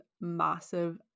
massive